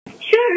Sure